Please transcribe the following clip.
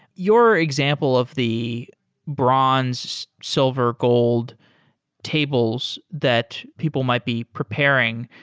your example of the bronze, silver, gold tables that people might be preparing,